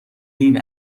این